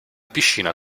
piscina